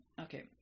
Okay